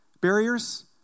barriers